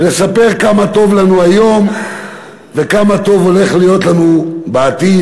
ולספר כמה טוב לנו היום וכמה טוב הולך להיות לנו בעתיד.